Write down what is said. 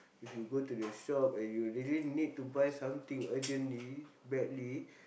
if you go to the shop and you really need to buy something urgently badly